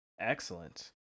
Excellent